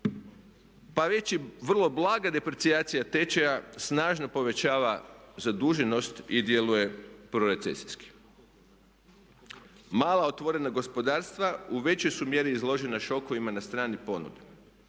pa već i vrlo blaga deprecijacija tečaja snažno povećava zaduženost i djeluje pro recesijski. Mala otvorena gospodarstva u većoj su mjeri izložena šokovima na strani ponude.